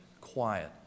quiet